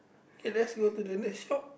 K let's go to the next shop